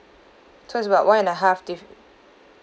so it's about one and a half dif~